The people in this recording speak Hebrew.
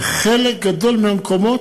בחלק גדול מהמקומות,